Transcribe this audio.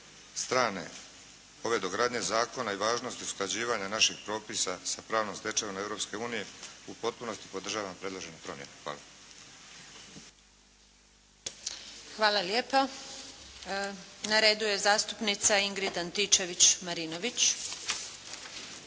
strane ove dogradnje zakona i važnosti usklađivanja naših propisa sa pravnom stečevinom Europske unije u potpunosti podržavam predložene promjene. Hvala. **Antunović, Željka (SDP)** Hvala lijepo. Na redu je zastupnica Ingrid Antičević-Marinović.